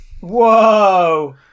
Whoa